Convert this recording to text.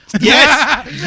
Yes